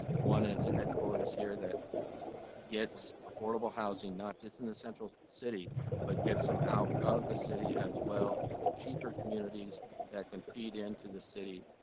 one is headquarters here that gets affordable housing, not just in the central city but um out of the city as well to cheaper communities that can feed into the city,